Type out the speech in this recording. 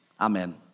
Amen